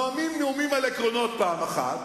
נואמים נאומים על עקרונות פעם אחת